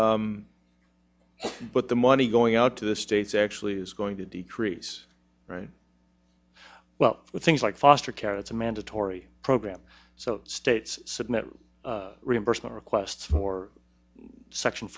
activity but the money going out to the states actually is going to decrease right well with things like foster care it's a mandatory program so states submit reimbursement requests for section